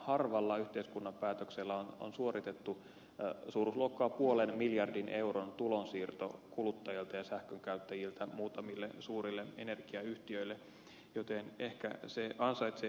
harvalla yhteiskunnan päätöksellä on suoritettu puolen miljardin euron suuruusluokkaa oleva tulonsiirto kuluttajilta ja sähkönkäyttäjiltä muutamille suurille energiayhtiöille joten ehkä se ansaitsee erityiskohtelun